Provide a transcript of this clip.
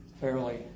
fairly